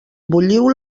bulliu